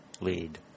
lead